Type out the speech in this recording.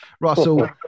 Russell